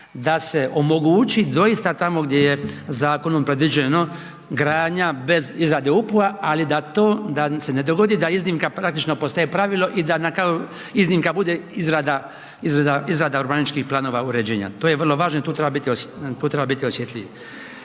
da se omogući doista tamo gdje je zakonom predviđeno gradnja bez izrade UPU-a ali da to, da se ne dogodi da iznimka praktično postaje pravilo i da na kraju iznimka bude izrada urbanističkih planova uređenja, to je vrlo važno i tu treba biti, tu